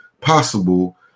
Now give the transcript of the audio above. possible